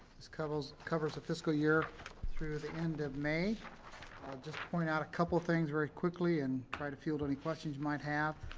covers covers the fiscal year through the end of may. i'll just point out a couple things very quickly and try to field any questions you might have.